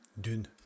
dune